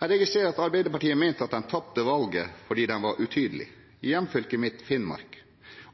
Jeg registrerer at Arbeiderpartiet mener at de tapte valget fordi de var utydelige. I hjemfylket mitt, Finnmark,